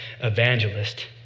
evangelist